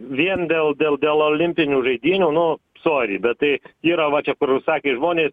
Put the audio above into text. vien dėl dėl dėl olimpinių žaidynių nu sori bet tai yra va čia kur ir sakė žmonės